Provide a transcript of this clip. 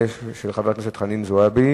125, של חברת הכנסת חנין זועבי,